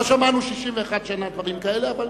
לא שמענו 61 שנה דברים כאלה,